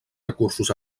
recursos